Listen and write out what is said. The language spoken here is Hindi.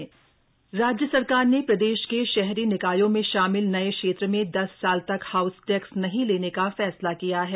कैबिनेट फैसले राज्य सरकार ने प्रदेश के शहरी निकायों में शामिल नये क्षेत्र में दस साल तक हाउस टैक्स नहीं लेने का फैसला किया है